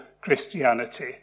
Christianity